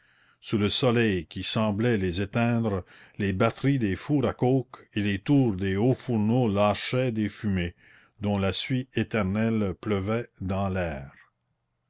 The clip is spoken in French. sous le soleil qui semblait les éteindre les batteries des fours à coke et les tours des hauts fourneaux lâchaient des fumées dont la suie éternelle pleuvait dans l'air